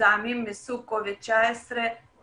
ממזהמים מסוג קוביד 19 באוויר,